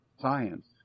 science